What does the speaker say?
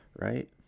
right